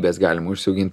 mes galim užsiaugint